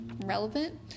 relevant